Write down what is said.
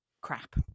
crap